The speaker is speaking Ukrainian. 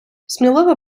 сміливо